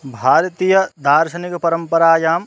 भारतीयदार्शनिकपरम्परायाम्